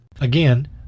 Again